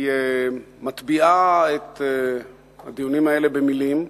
היא מטביעה את הדיונים האלה במלים,